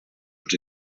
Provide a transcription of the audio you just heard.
und